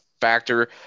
factor